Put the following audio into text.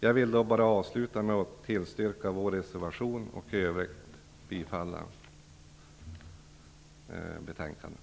Jag vill avsluta med att tillstyrka vår reservation och i övrigt yrka bifall till utskottets hemställan.